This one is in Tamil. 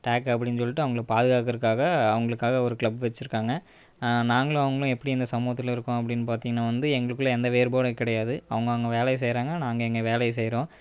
டேக் அப்படின்னு சொல்லிட்டு அவங்கள பாதுகாக்கிறதுக்காக அவுங்களுக்காக ஒரு க்ளப் வெச்சிருக்காங்க நாங்களும் அவங்களும் எப்படி இந்த சமுகத்தில் இருக்கோம் அப்படின்னு பார்த்திங்கனா வந்து எங்களுக்குள்ளே எந்த வேறுபாடும் கிடையாது அவங்க அவங்க வேலையை செய்கிறாங்க நாங்கள் எங்கள் வேலையை செய்கிறோம்